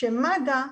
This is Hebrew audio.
מד"א,